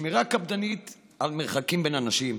שמירה קפדנית על מרחקים בין אנשים,